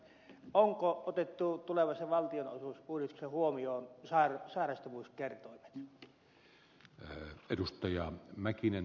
onko otettu tulevassa valtionosuusuudistuksessa huomioon hänen sairastuvuus kertoo että eyn edustaja sairastavuuskertoimet